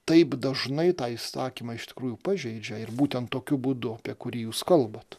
taip dažnai tą įsakymą iš tikrųjų pažeidžia ir būtent tokiu būdu apie kurį jūs kalbat